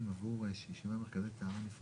אז למה אתה מעביר כסף לרשות הטבע והגנים?